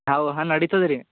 how ಹಾಂ ನಡೀತದೆ ರೀ